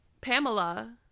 Pamela